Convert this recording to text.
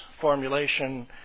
formulation